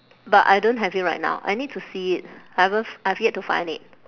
but I don't have it right now I need to see it I haven't I have yet to find it